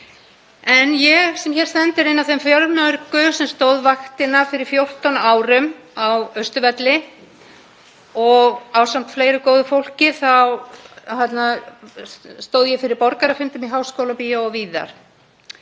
Ég sem hér stend er ein af þeim fjölmörgu sem stóðu vaktina fyrir 14 árum á Austurvelli og ásamt fleiru góðu fólki stóð ég fyrir borgarafundum í Háskólabíói og víðar.